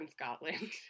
Scotland